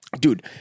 dude